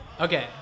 Okay